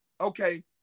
okay